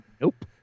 Nope